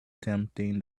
tempting